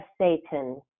Satan